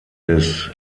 des